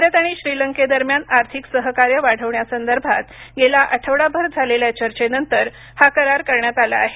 भारत आणि श्रीलंकेदरम्यान आर्थिक सहकार्य वाढवण्यासंदर्भात गेला आठवडाभर झालेल्या चर्चेनंतर हा करार करण्यात आला आहे